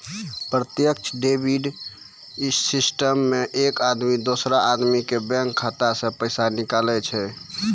प्रत्यक्ष debit system मे एक आदमी दोसरो आदमी के बैंक खाता से पैसा निकाले छै